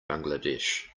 bangladesh